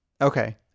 okay